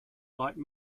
like